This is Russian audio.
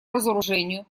разоружению